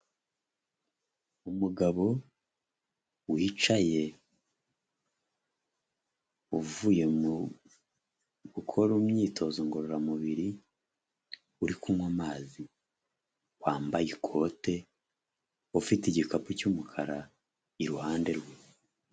Umugabo wicaye uvuye mu gukora imyitozo ngororamubiri, uri kunywa amazi wambaye ikote ufite igikapu cy'umukara iruhande rwe.